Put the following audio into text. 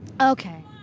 Okay